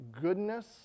goodness